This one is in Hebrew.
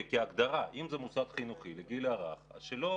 אם זה מוסד חינוכי לגיל הרך אז שלא